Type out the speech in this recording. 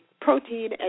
protein